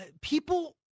people